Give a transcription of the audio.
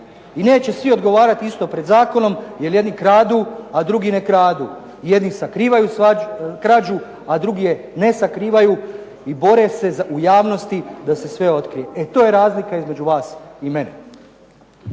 i neće svi odgovarat isto pred zakonom jer jedni kradu, a drugi ne kradu. Jedni sakrivaju krađu, a drugi je ne sakrivaju i bore se u javnosti da se sve otkriju. E to je razlika između vas i mene.